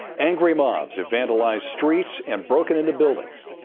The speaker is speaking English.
angry mobs have vandalized streets and broken into buildings.